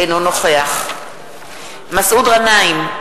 אינו נוכח מסעוד גנאים,